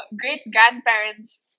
great-grandparents